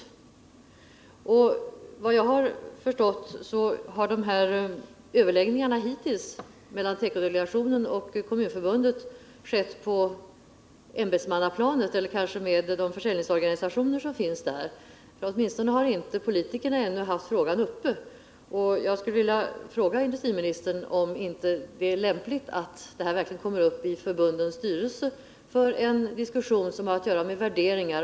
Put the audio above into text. Enligt vad jag har förstått har överläggningarna mellan tekodelegationen och Kommunförbundet hittills skett på ämbetsmannaplanet eller kanske med de försäljningsorganisationer som finns där, åtminstone har politikerna ännu inte haft frågan uppe. Jag skulle därför vilja fråga industriministern om det inte är lämpligt att de här överläggningarna kommer upp i förbundens styrelser för en diskussion som har att göra med värderingar.